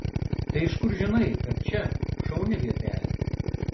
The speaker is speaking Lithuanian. tai iš kur žinai kad čia šauni vietelė